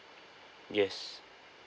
yes